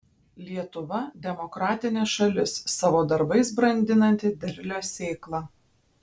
lietuva demokratinė šalis savo darbais brandinanti derlią sėklą